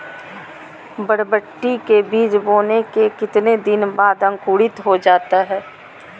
बरबटी के बीज बोने के कितने दिन बाद अंकुरित हो जाता है?